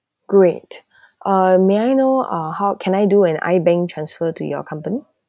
great uh may I know ah how can I do an I_bank transfer to your company